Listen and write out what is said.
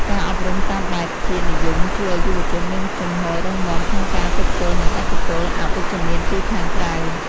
ការអប់រំតាមបែបជាតិនិយមជួយឱ្យយុវជនមានជំហររឹងមាំក្នុងការទប់ទល់នឹងឥទ្ធិពលអវិជ្ជមានពីខាងក្រៅ។